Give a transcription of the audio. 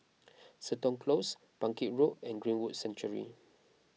Seton Close Bangkit Road and Greenwood Sanctuary